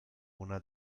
una